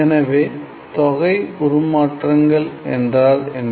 எனவே தொகை உருமாற்றங்கள் என்றால் என்ன